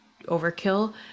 overkill